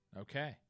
Okay